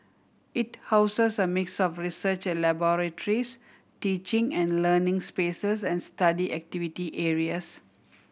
it houses a mix of research laboratories teaching and learning spaces and study activity areas